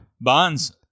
Bonds